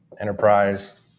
enterprise